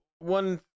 one